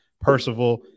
Percival